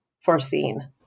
foreseen